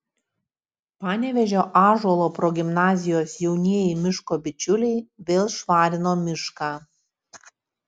panevėžio ąžuolo progimnazijos jaunieji miško bičiuliai vėl švarino mišką